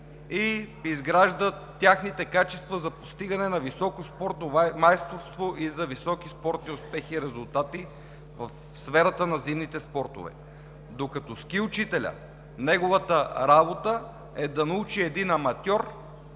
изгражда техните качества за постигане на високо спортно майсторство и за високи спортни успехи и резултати в сферата на зимните спортове, докато работата на ски учителя е да научи един аматьор